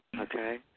Okay